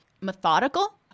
methodical